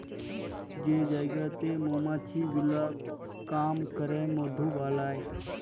যে জায়গাতে মমাছি গুলা কাম ক্যরে মধু বালাই